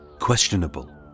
questionable